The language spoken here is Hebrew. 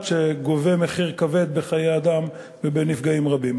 שגובה מחיר כבד בחיי אדם ובנפגעים רבים?